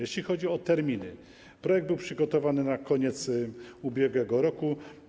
Jeśli chodzi o terminy, to projekt został przygotowany na koniec ubiegłego roku.